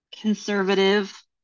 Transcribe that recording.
conservative